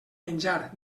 menjar